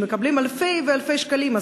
שמקבלים אלפי אלפי שקלים,